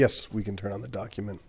yes we can turn on the document